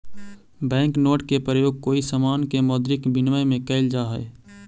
bank note के प्रयोग कोई समान के मौद्रिक विनिमय में कैल जा हई